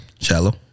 shallow